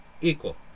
equal